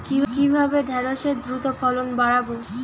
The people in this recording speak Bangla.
কিভাবে ঢেঁড়সের দ্রুত ফলন বাড়াব?